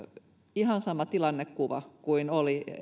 ihan sama tilannekuva kuin oli